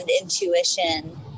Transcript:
intuition